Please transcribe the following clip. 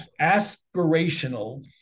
aspirational